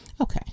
Okay